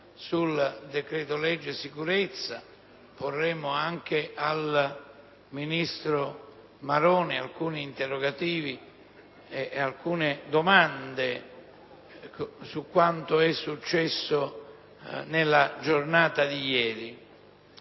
sul decreto-legge sicurezza e porremo anche al ministro Maroni alcuni interrogativi su quanto è successo nella giornata di ieri.